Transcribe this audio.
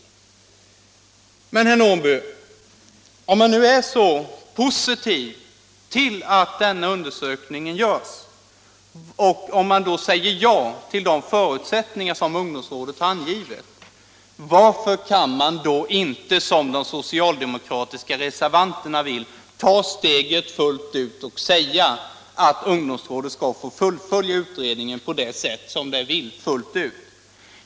Men, herr Norrby, när man nu är så positiv till att denna undersökning görs och när man säger ja till de förutsättningar som ungdomsrådet har angivit, varför kan man då inte som de socialdemokratiska reservanterna vill ta steget fullt ut och säga att ungdomsrådet skall få fullfölja utredningen på det sätt som det vill?